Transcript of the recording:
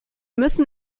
müssen